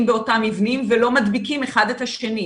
באותם מבנים ולא מדביקים אחד את השני,